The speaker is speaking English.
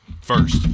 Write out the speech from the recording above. first